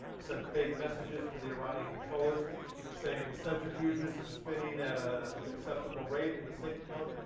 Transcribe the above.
sent fake messages to the iranian controllers saying the centrifuges are spinning at ah acceptable rate in the safe zone,